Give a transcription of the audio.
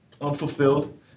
unfulfilled